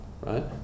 right